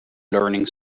learning